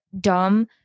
dumb